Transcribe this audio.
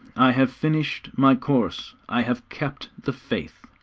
i have finished my course, i have kept the faith.